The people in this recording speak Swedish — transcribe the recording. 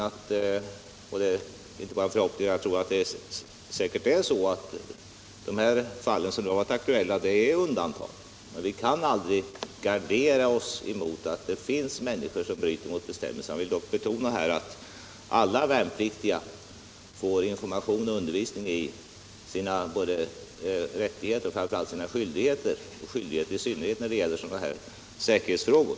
18 maj 1977 Jag är övertygad om att de fall som förekommit är undantag, men CL vi kan aldrig gardera oss mot att människor bryter mot bestämmelserna. — Om antagningen till Jag vill betona att alla värnpliktiga får information och undervisning «Dramatiska om både rättigheter och skyldigheter — i fråga om skyldigheter i synnerhet — institutets TV-fotonär det gäller säkerhetsfrågor.